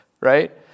right